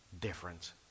different